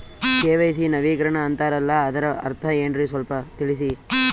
KYC ನವೀಕರಣ ಅಂತಾರಲ್ಲ ಅದರ ಅರ್ಥ ಏನ್ರಿ ಸ್ವಲ್ಪ ತಿಳಸಿ?